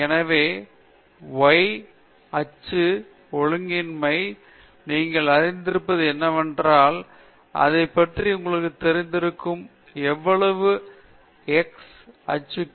எனவே y அச்சு ஒழுங்கின்மை நீங்கள் அறிந்திருப்பது என்னவென்றால் அதைப் பற்றி உங்களுக்குத் தெரிந்திருக்கும் எவ்வளவு அப்சஸ் அல்லது x அச்சுகள்